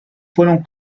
fueron